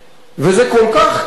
וזה כל כך קל,